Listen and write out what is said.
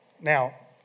Now